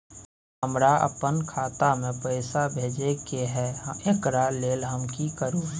हमरा अपन खाता में पैसा भेजय के है, एकरा लेल हम की करू?